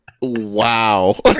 wow